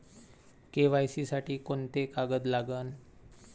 KYC साठी कोंते कागद लागन?